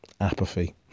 Apathy